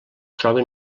troben